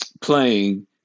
playing